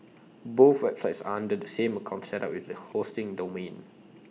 both websites are under the same account set up with the hosting domain